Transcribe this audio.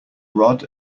rod